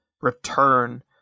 return